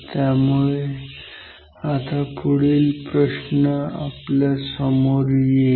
त्यामुळे आता पुढील प्रश्न आपल्यासमोर येईल